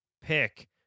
pick